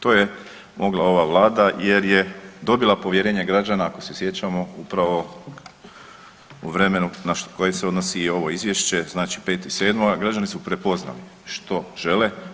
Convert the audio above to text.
To je mogla ova Vlada jer je dobila povjerenje građana, ako se sjećamo upravo u vremenu na koje se odnosi i ovo Izvješće, znači 5.7., građani su prepoznali što žele.